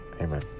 amen